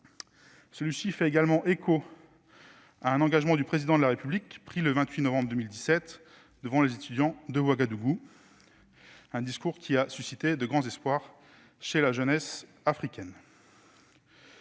Celui-ci fait également écho à un engagement du Président de la République, pris le 28 novembre 2017 devant les étudiants de l'université de Ouagadougou, et qui a suscité de grands espoirs au sein de la jeunesse africaine.